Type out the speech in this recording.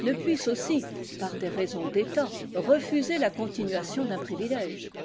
ne puisse aussi par des raisons d'état refuser la continuation d'un privilège